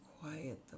quiet